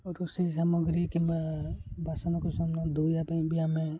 ଓ ରୋଷେଇ ସାମଗ୍ରୀ କିମ୍ବା ବାସନକୁକୁସନ ଧୋଇବା ପାଇଁ ବି ଆମେ